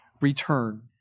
return